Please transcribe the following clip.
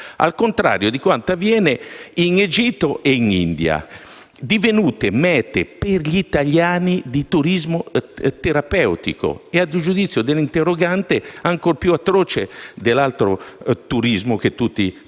al contrario di quanto avviene in Egitto e in India, divenute mete per gli italiani di "turismo terapeutico" che - a giudizio dell'interrogante - è ancor più atroce del turismo sessuale, che